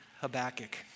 Habakkuk